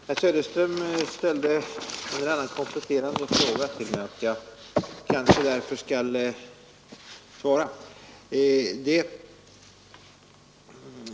Herr talman! Herr Söderström ställde en kompletterande fråga till mig och jag skall svara på den.